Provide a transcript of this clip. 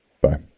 Bye